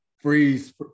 Freeze